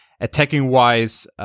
attacking-wise